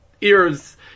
Ears